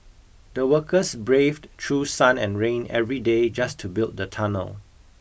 the workers braved through sun and rain every day just to build the tunnel